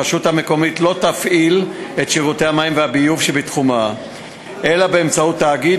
רשות מקומית לא תפעיל את שירותי המים והביוב שבתחומה אלא באמצעות תאגיד.